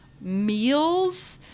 meals